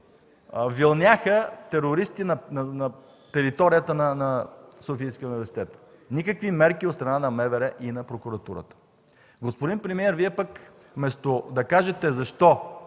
вилняха терористи на територията на Софийския университет, но никакви мерки от страна на МВР и на прокуратурата! Господин премиер, Вие пък вместо да кажете защо